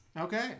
Okay